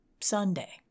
Sunday